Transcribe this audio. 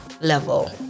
level